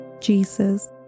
Jesus